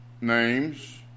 names